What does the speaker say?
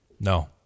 No